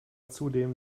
zudem